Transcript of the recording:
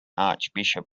archbishop